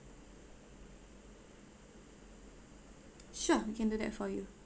sure we can do that for you